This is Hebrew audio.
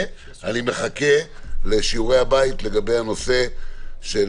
בנוסף, אני מחכה לשיעורי הבית לגבי הנושא של